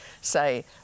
say